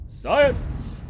Science